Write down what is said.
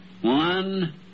One